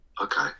okay